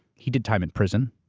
he did time in prison,